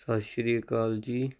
ਸਤਿ ਸ਼੍ਰੀ ਅਕਾਲ ਜੀ